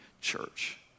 church